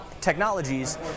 technologies